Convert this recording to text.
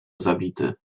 zabity